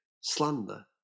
slander